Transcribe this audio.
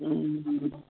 ம்ம் ம்ம்